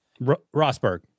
Rosberg